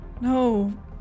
No